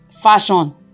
fashion